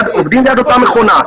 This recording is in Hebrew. עובדים ליד אותה מכונה.